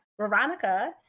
Veronica